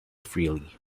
freely